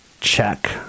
check